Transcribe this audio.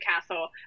castle